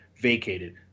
vacated